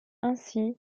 ainsi